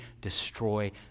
destroy